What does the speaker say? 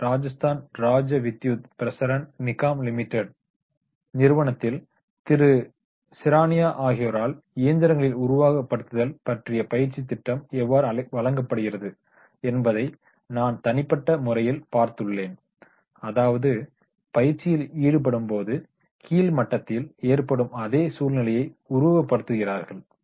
L Rajasthan Rajya Vidyut Prasaran Nigam limited நிறுவனத்தில் திரு சிரானியா ஆகியோரால் இயந்திரங்களில் உருவகப்படுத்துதல் பற்றிய பயிற்சித் திட்டம் எவ்வாறு வழங்கப்படுகிறது என்பதை நான் தனிப்பட்ட முறையில் பார்த்துள்ளேன் அதாவது பயிற்சியில் ஈடுபடும்போது கீழ்மட்டத்தில் ஏற்படும் அதே சூழ்நிலையை உருவகப்படுத்துகிறார்கள்